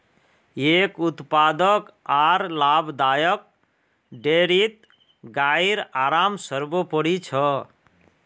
एक उत्पादक आर लाभदायक डेयरीत गाइर आराम सर्वोपरि छ